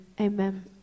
Amen